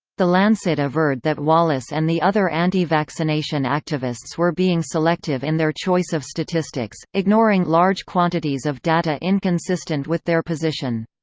the lancet averred that wallace and the other anti-vaccination activists were being selective in their choice of statistics, ignoring large quantities of data inconsistent with their position.